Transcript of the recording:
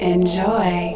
Enjoy